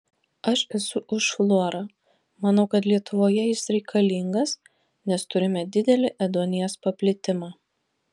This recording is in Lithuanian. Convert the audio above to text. aš esu už fluorą manau kad lietuvoje jis reikalingas nes turime didelį ėduonies paplitimą